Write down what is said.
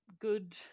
good